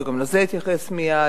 וגם לזה אתייחס מייד,